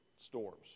storms